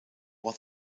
was